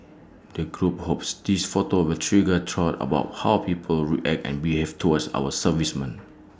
the group hopes these photos will trigger thought about how people react and behave toward our servicemen